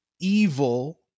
evil